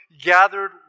gathered